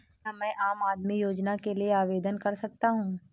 क्या मैं आम आदमी योजना के लिए आवेदन कर सकता हूँ?